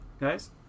guys